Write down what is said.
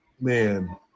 man